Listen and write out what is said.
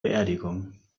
beerdigung